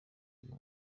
y’uyu